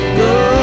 go